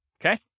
okay